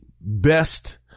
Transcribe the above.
best